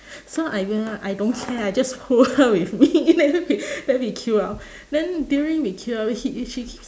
so I went up I don't care I just pull her with me later we then we queue up then during we queue up she she keeps